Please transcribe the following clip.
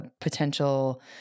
potential